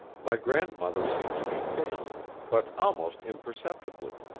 my grandmother seemed to be failing, but almost imperceptibly